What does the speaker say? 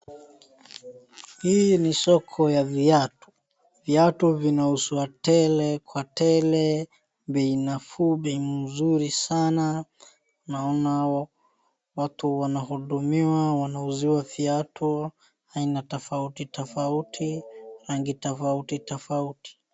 Hii ni soko ya viatu. Viatu vinauzwa tele kwa tele, bei nafuu sana, bei mzuri sana, naona watu wanahudumiwa wanauziwa viatu aina tofauti tofauti, rangi tofauti tofauti.